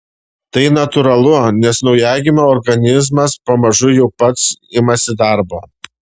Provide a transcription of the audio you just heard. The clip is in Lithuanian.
tai natūralu nes naujagimio organizmas pamažu jau pats imasi darbo